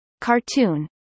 cartoon